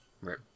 Right